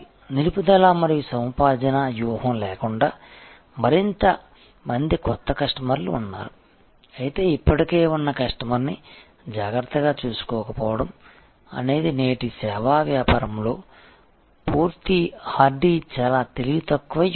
నిలుపుదల మరియు సముపార్జన వ్యూహం లేకుండా మరింత మంది కొత్త కస్టమర్లు ఉన్నారు అయితే ఇప్పటికే ఉన్న కస్టమర్ని జాగ్రత్తగా చూసుకోకపోవడం అనేది నేటి సేవా వ్యాపారంలో పూర్తి హార్డీ చాలా తెలివితక్కువ వ్యూహం